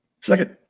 Second